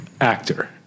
actor